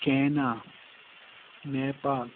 China Nepal